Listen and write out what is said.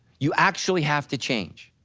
you actually have to change.